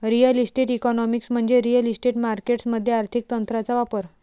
real estate economics म्हणजे real estate markets मध्ये आर्थिक तंत्रांचा वापर